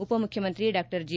ಉಪ ಮುಖ್ಯಮಂತ್ರಿ Dr G